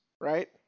right